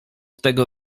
tego